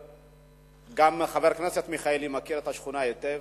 גם חבר הכנסת מיכאלי מכיר את השכונה היטב.